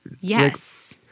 Yes